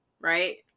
right